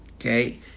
Okay